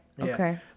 okay